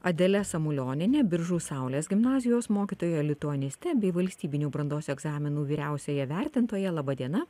adelė samulioniene biržų saulės gimnazijos mokytoja lituaniste bei valstybinių brandos egzaminų vyriausiąja vertintoja laba diena